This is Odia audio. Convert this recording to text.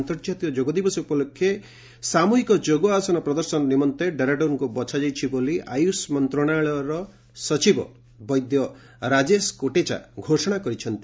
ଆନ୍ତର୍ଜାତୀୟ ଯୋଗଦିବସ ଉପଲକ୍ଷେ ସାମୁହି ଯୋଗ ଆସନ ପ୍ରଦର୍ଶନ ନିମନ୍ତେ ଡେରାଡୁନକୁ ବଚ୍ଛା ଯାଇଛି ବୋଲି ଆୟୁଷ ମନ୍ତ୍ରଣାଳୟର ସଚିବ ବୈଦ୍ୟ ରାଜେଶ କୋଟେଚା ଘୋଷଣା କରିଛନ୍ତି